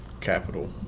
capital